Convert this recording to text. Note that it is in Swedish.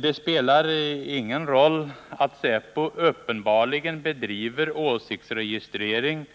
Det spelar ingen roll att säpo uppenbarligen bedriver åsiktsregistrering